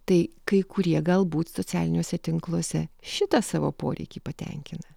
tai kai kurie galbūt socialiniuose tinkluose šitą savo poreikį patenkina